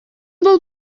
был